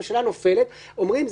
שאמרו,